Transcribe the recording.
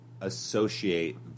associate